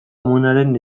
amonaren